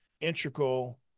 integral